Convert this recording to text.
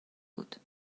بود